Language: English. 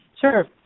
Sure